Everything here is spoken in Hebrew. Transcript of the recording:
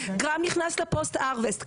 גרם נכנס ל post-harvest,